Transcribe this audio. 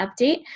Update